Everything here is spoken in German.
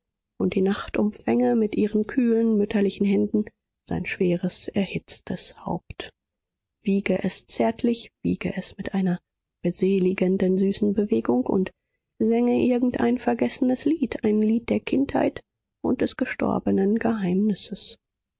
und die nacht umfänge mit ihren kühlen mütterlichen händen sein schweres erhitztes haupt wiege es zärtlich wiege es mit einer beseligenden süßen bewegung und sänge irgendein vergessenes lied ein lied der kindheit und des gestorbenen geheimnisses